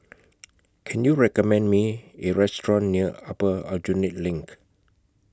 Can YOU recommend Me A Restaurant near Upper Aljunied LINK